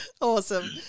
Awesome